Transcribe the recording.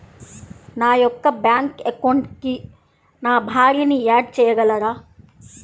నా యొక్క బ్యాంక్ అకౌంట్కి నా భార్యని యాడ్ చేయగలరా?